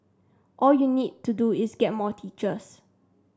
all you need to do is get more teachers